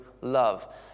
love